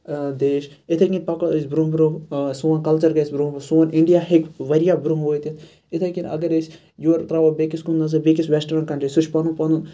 دیش اِتھے کٔنۍ پَکو أسۍ برونٛہہ برونٛہہ سون کَلچَر گَژھِ برونٛہہ برونٛہہ سون اِنڈیا ہیٚکہِ واریاہ برونٛہہ وٲتِتھ اِتھے کٔنۍ اَگَر أسۍ یورٕ تراوو بیٚکِس کُن نَظَر بیٚکِس ویٚسٹرن کَنٹری سۄ چھِ پَنُن پَنُن